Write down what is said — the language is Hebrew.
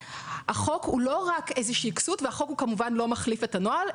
החוק הוא לא רק איזושהי כסות והוא כמובן לא מחליף את הנוהל.